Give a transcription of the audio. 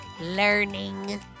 Learning